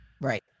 right